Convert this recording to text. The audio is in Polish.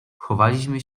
chowaliśmy